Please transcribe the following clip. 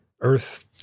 Earth-